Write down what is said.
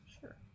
Sure